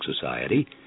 Society